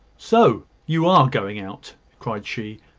so, you are going out? cried she,